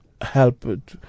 help